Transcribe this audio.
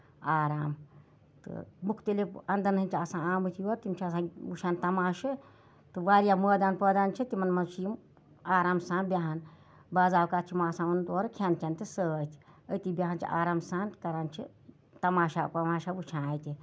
آرام تہٕ مُختٔلِف اَندن ہِندۍ چھِ آسان آمٕتۍ یور تِم چھِ آسان وُچھان تَماشہٕ تہٕ واریاہ مٲدان پٲدان چھِ تِمن منٛز چھِ یِم آرام سان بیٚہان بازاوکات چھُ آسان یِمن اورٕ کھیٚن چیٚن تہِ سۭتۍ أتی بیٚہوان چھِ آرام سان کران چھِ تَماشا پانٛژھ شیٚے وُچھان چھِ اَتہِ